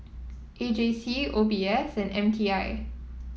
A J C O B S and M T I